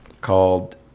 called